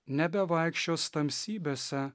nebevaikščios tamsybėse